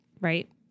right